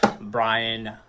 Brian